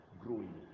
growing